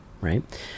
right